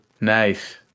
Nice